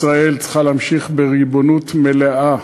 ישראל צריכה להמשיך בריבונות מלאה,